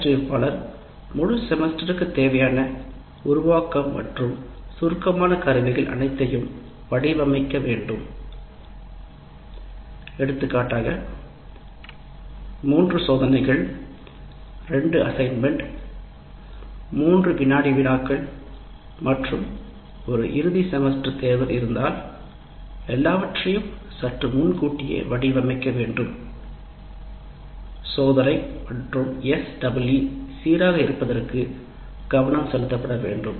பயிற்றுவிப்பாள ர்முழு செமஸ்டருக்கு தேவையான உருவாக்கும் மற்றும் சுருக்கமான கருவிகள் அனைத்தையும் வடிவமைக்க வேண்டும் எடுத்துக்காட்டாக 3 சோதனைகள் 2 பணிகள் 3 வினாடி வினாக்கள் மற்றும் 1 இறுதி செமஸ்டர் தேர்வு இருந்தால் எல்லாவற்றையும் சற்று முன்கூட்டியே வடிவமைக்க வேண்டும் சோதனை மற்றும் SEE சீராக இருப்பதற்கு கவனம் செலுத்தப்பட வேண்டும்